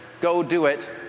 go-do-it